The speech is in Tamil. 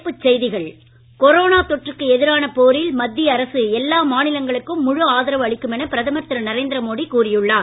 தலைப்புச் செய்திகள் கொரோனா தொற்றுக்கு எதிரான போரில் மத்திய அரசு எல்லா மாநிலங்களுக்கும் முழு ஆதரவு அளிக்கும் என பிரதமர் திரு நரேந்திர மோடி கூறியுள்ளார்